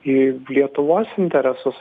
į lietuvos interesus